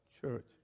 church